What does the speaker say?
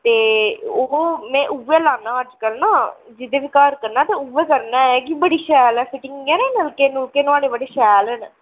ते ओह् में उ'ऐ लान्ना अजकल ना जेह्ड़े बी घर करना ते उ'ऐ करना ऐ कि बड़ी शैल ऐ फिटिंग इ'यां नलके नुलके नुआढ़े बड़े शैल न